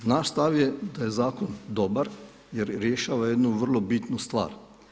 Naš stav je da je zakon dobar jer rješava jednu vrlo bitnu stvar.